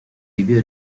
vivió